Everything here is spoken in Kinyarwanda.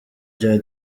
bya